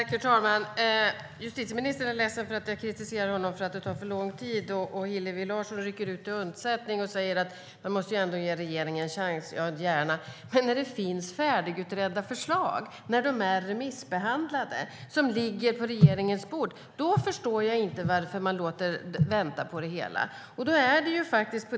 Herr talman! Justitieministern är ledsen för att jag kritiserar honom för att det tar för lång tid. Hillevi Larsson rycker ut till undsättning och säger att man måste ge en regering en chans. Ja, gärna! Men när det finns färdigutredda och remissbehandlade förslag som ligger på regeringens bord förstår jag inte varför man låter det hela vänta.